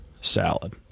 salad